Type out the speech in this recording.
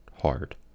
hard